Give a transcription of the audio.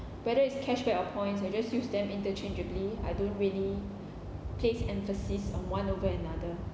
whether it's cashback or points I just use them interchangeably I don't really place emphasis on one over another